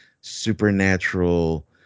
supernatural